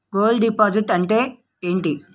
Gold deposit అంతే ఎంటి?